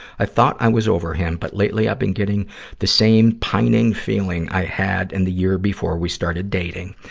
i thought i was over him, but lately i've been getting the same pining feeling i had in the year before we started dating.